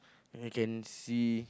you know you can see